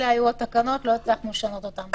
אלה היו התקנות ולא הצלחנו לשנות אותן.